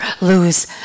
lose